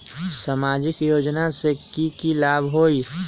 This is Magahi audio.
सामाजिक योजना से की की लाभ होई?